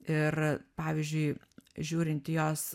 ir pavyzdžiui žiūrint į jos